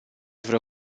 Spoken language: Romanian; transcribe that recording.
vreo